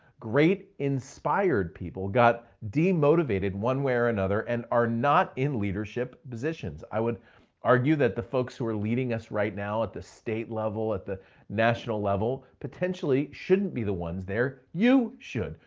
great inspired people, got de-motivated one way or another and are not in leadership positions. i would argue that the folks who are leading us right now at the state level, at the national level potentially shouldn't be the ones there, you should,